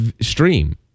stream